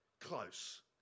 close